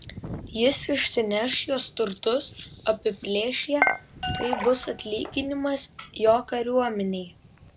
jis išsineš jos turtus apiplėš ją tai bus atlyginimas jo kariuomenei